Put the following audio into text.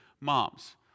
moms